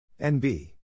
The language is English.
NB